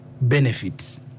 benefits